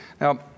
Now